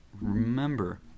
remember